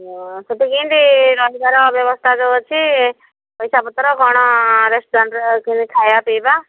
ସେଠି କେମିତି ରହିବାର ବ୍ୟବସ୍ଥା ଯେଉଁ ଅଛି ପଇସାପତ୍ର କ'ଣ ରେଷ୍ଟୁରାଣ୍ଟରେ କେମିତି ଖାଇବା ପିଇବା